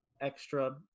extra